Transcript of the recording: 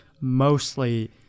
mostly